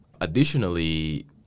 Additionally